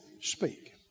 speak